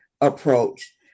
approach